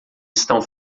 estão